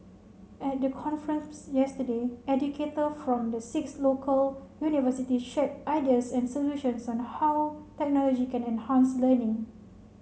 at the conference yesterday educator from the six local university shared ideas and solutions on how technology can enhance learning